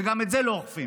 וגם את זה לא אוכפים.